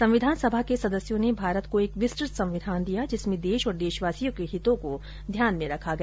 संविधान सभा के सदस्यों ने भारत को एक विस्तृत संविधान दिया जिसमें देश और देशवासियों के हितों का ध्यान रखा गया